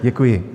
Děkuji.